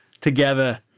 together